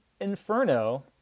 Inferno